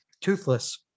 toothless